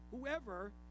whoever